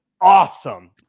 awesome